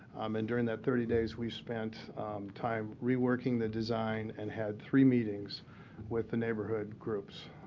um and during that thirty days, we spent time reworking the design and had three meetings with the neighborhood groups